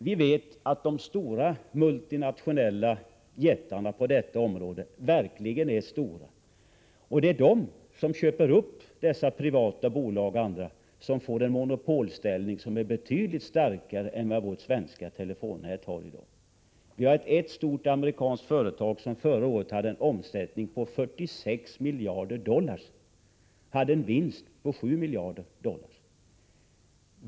Vi vet att de stora multinationella jättarna på detta område verkligen är stora. De köper upp de andra privata bolagen och får en monopolställning som är betydligt starkare än den som vårt svenska televerk har. Ett stort amerikanskt företag hade förra året en omsättning på 46 miljarder dollar och en vinst på 7 miljarder dollar.